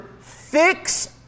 fix